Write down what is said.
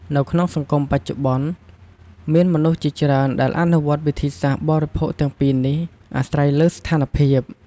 នៅក្នុងសង្គមបច្ចុប្បន្ន មានមនុស្សជាច្រើនដែលអនុវត្តវិធីសាស្ត្របរិភោគទាំងពីរនេះ អាស្រ័យលើស្ថានភាព។